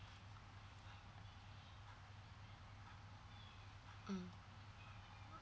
mm